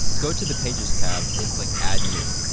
go to the pages tab and click add new.